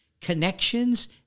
connections